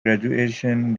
graduation